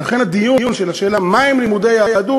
ולכן הדיון בשאלה מה הם לימודי יהדות